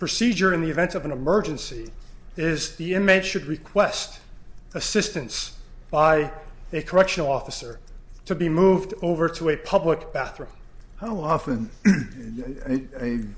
procedure in the event of an emergency is the inmate should request assistance by a correctional officer to be moved over to a public bathroom how often